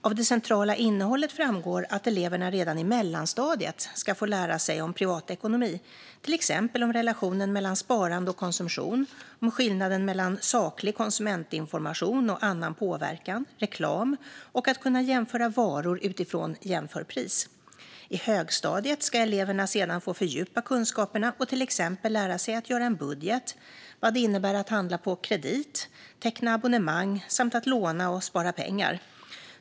Av det centrala innehållet framgår att eleverna redan i mellanstadiet ska få lära sig om privatekonomi, till exempel om relationen mellan sparande och konsumtion, om skillnaden mellan saklig konsumentinformation och annan påverkan, om reklam och om att jämföra varor utifrån jämförpris. I högstadiet ska eleverna sedan få fördjupa kunskaperna och till exempel lära sig att göra en budget och vad det innebär att handla på kredit, teckna abonnemang samt låna och spara pengar.